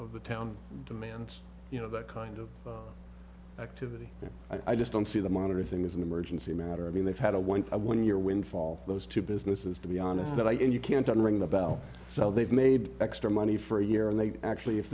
of the town demands you know that kind of activity i just don't see the monitor thing as an emergency matter i mean they've had a when i when you're windfall those two businesses to be honest that i can't you can't unring the bell so they've made extra money for a year and they actually if